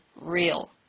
real